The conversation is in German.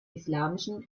islamischen